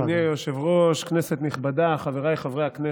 אדוני היושב-ראש, כנסת נכבדה, חבריי חברי הכנסת,